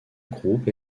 groupe